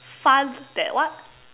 fun that what